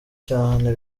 cyane